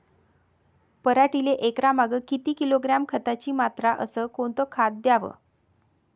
पराटीले एकरामागं किती किलोग्रॅम खताची मात्रा अस कोतं खात द्याव?